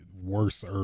worse